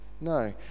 No